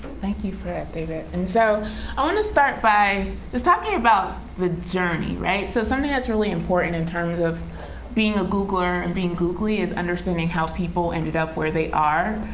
thank you for that, david. and so i want to start by just talking about the journey. so something that's really important in terms of being a googler and being googly is understanding how people ended up where they are.